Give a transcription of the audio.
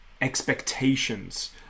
expectations